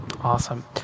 Awesome